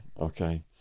Okay